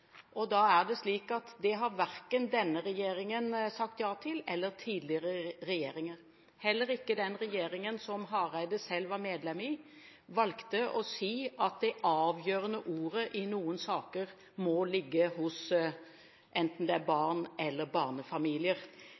det slik at det har verken denne eller tidligere regjeringer sagt ja til. Heller ikke den regjeringen Hareide selv var medlem av, valgte å si at det avgjørende ordet i noen saker må ligge hos barn eller barnefamilier. Dette er